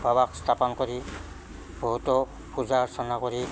বাবাক স্থাপন কৰি বহুতো পূজা অৰ্চনা কৰি